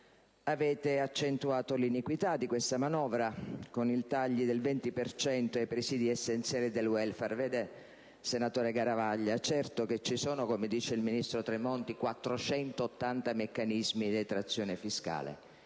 Avete accentuato l'iniquità di questa manovra con i tagli del 20 per cento ai presidi essenziali del *welfare.* Vede, senatore Garavaglia, certo che ci sono - come dice il ministro Tremonti - 480 meccanismi di detrazione fiscale.